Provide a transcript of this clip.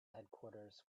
headquarters